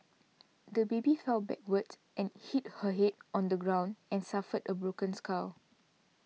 the baby fell backwards and hit her head on the ground and suffered a broken skull